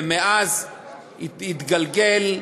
ומאז הוא התגלגל,